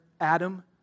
Adam